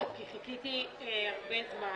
חיכיתי הרבה זמן.